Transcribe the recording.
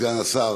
אדוני סגן השר,